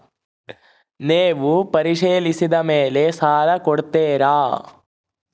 ನೇವು ಪರಿಶೇಲಿಸಿದ ಮೇಲೆ ಸಾಲ ಕೊಡ್ತೇರಾ?